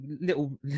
little